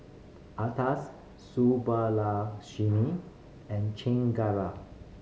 Atal Subbulakshmi and Chengara